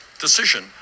decision